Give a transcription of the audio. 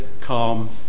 calm